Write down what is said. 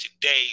today